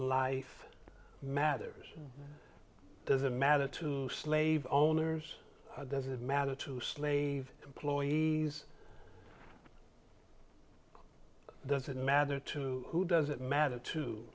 life matters doesn't matter to slave owners or does it matter to slave employee does it matter to who does it matter to